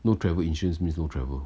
no travel insurance means no travel